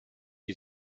die